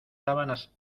sábanas